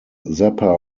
zappa